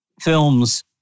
films